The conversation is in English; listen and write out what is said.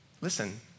listen